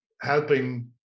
helping